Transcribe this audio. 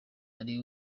ari